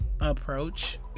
approach